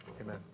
amen